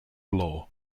law